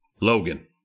Logan